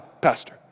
pastor